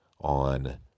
on